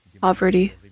poverty